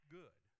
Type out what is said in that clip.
good